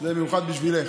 זה במיוחד בשבילך.